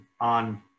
on